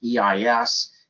EIS